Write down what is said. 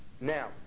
Now